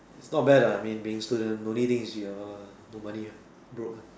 it's not bad lah I mean being student the only thing is you are no money ah broke ah